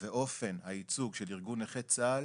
ואופן הייצוג של ארגון נכי צה"ל